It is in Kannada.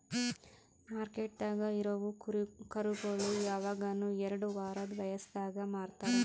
ಮಾರ್ಕೆಟ್ದಾಗ್ ಇರವು ಕರುಗೋಳು ಯವಗನು ಎರಡು ವಾರದ್ ವಯಸದಾಗೆ ಮಾರ್ತಾರ್